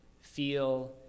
feel